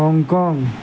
Hong Kong